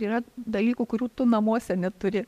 yra dalykų kurių tu namuose neturi